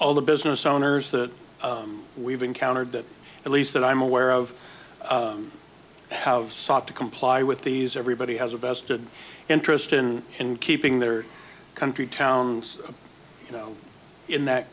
all the business owners that we've encountered that at least that i'm aware of how sought to comply with these everybody has a vested interest in in keeping their country towns you know in that